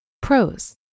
Pros